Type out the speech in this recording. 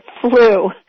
flu